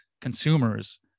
consumers